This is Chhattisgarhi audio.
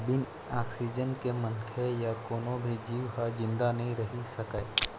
बिन ऑक्सीजन के मनखे य कोनो भी जींव ह जिंदा नइ रहि सकय